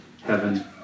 heaven